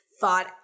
thought